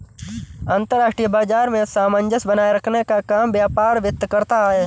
अंतर्राष्ट्रीय बाजार में सामंजस्य बनाये रखने का काम व्यापार वित्त करता है